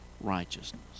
righteousness